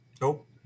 Nope